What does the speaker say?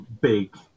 big